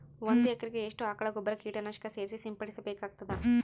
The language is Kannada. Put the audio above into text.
ಒಂದು ಎಕರೆಗೆ ಎಷ್ಟು ಆಕಳ ಗೊಬ್ಬರ ಕೀಟನಾಶಕ ಸೇರಿಸಿ ಸಿಂಪಡಸಬೇಕಾಗತದಾ?